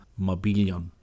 Mobilion